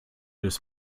des